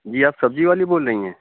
جی آپ سبزی والی بول رہی ہیں